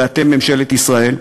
ואתם, ממשלת ישראל,